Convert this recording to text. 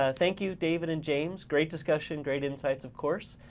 ah thank you david and james. great discussion, great insights of course.